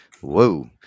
Whoa